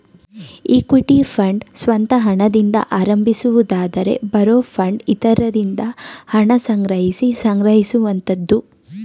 equity fund ಸ್ವಂತ ಹಣದಿಂದ ಆರಂಭಿಸುವುದಾದರೆ ಬಾರೋ ಫಂಡ್ ಇತರರಿಂದ ಹಣ ಸಂಗ್ರಹಿಸಿ ಸಂಗ್ರಹಿಸುವಂತದ್ದು